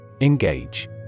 Engage